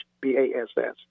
B-A-S-S